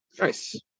Nice